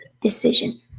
decision